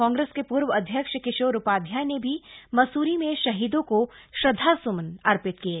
कांग्रेस के पूर्व अध्यक्ष किशोर उपाध्याय ने भी मसूरी में शहीदों को श्रद्धास्मन अर्पित किये